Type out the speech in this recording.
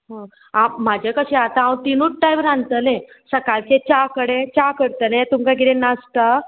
आं म्हाजें कशें आतां हांव तिनूत टायम रांदतलें सकाळचें च्या कडे च्या करतलें तुमकां किदें नाशता